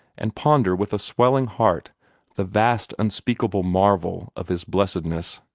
and ponder with a swelling heart the vast unspeakable marvel of his blessedness,